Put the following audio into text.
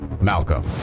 Malcolm